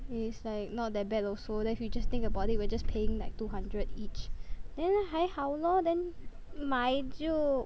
it's like not that bad also then if we just think about it we're just paying like two hundred each then 还好 lor then 买就